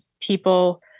people